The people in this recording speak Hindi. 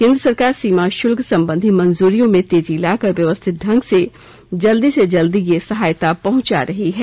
केन्द्र सरकार सीमा शुल्क संबंधी मंजूरियों में तेजी लाकर व्यवस्थित ढंग से जल्दी से जल्दी ये सहायता पहुंचा रही है